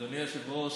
(חבר הכנסת משה אבוטבול יוצא מאולם המליאה.) אדוני היושב-ראש,